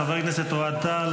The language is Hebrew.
חבר הכנסת אוהד טל,